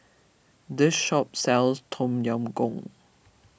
this shop sells Tom Yam Goong